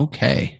Okay